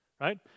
Right